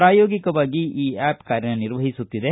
ಪ್ರಾಯೋಗಿಕವಾಗಿ ಈ ಆಪ್ ಕಾರ್ಯನಿರ್ವಹಿಸುತ್ತಿದೆ